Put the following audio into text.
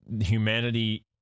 humanity